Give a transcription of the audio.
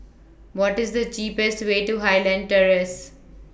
What IS The cheapest Way to Highland Terrace